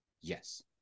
Yes